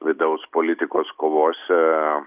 vidaus politikos kovose